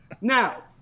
Now